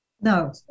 No